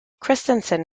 christensen